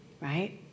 right